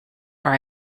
are